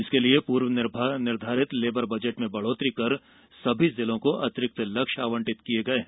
इसके लिए पूर्व निर्धारित लेबर बजट में बढ़ोतरी कर सभी जिलों को अतिरिक्त लक्ष्य आवंटित किए गए हैं